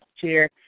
chair